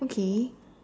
okay